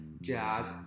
Jazz